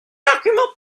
arguments